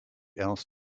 else